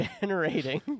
generating